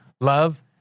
Love